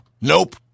Nope